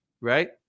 Right